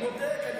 אני בודק.